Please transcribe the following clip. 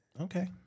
Okay